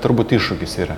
turbūt iššūkis yra